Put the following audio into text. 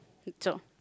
good job